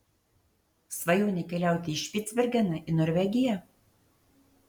svajonė keliauti į špicbergeną į norvegiją